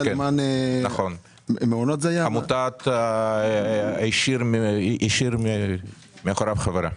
עמותת "השאיר מאחוריו חברה".